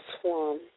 swarm